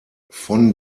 von